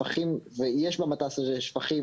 ויש במט"ש הזה שפכים.